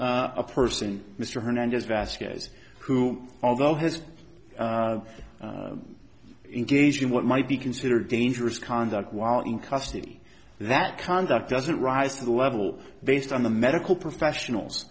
a person mr hernandez vasquez who although has engaged in what might be considered dangerous conduct while in custody that conduct doesn't rise to the level based on the medical professionals